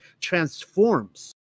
transforms